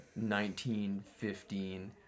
1915